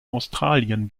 australien